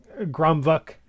Gromvuk